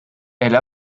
elle